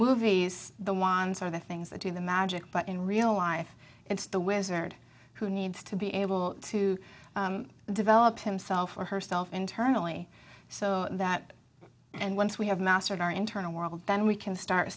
movies the wands are the things that do the magic but in real life it's the wizard who needs to be able to develop himself or herself internally so that and once we have mastered our internal world then we can start